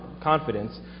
confidence